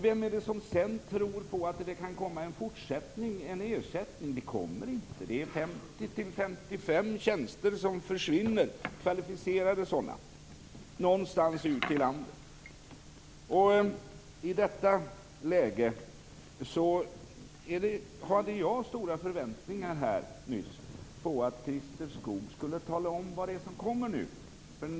Vem är det som tror att det sedan kan komma en ersättning? Det gör det inte - det är 50-55 kvalificerade tjänster som försvinner någonstans ut i landet. I detta läge hade jag stora förväntningar på att Christer Skoog skulle tala om vad det är som nu kommer.